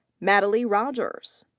madilyn rogers.